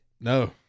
No